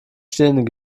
stehenden